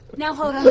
now hold but